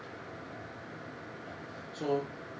ya so